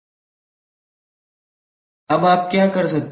अब आप क्या कर सकते हैं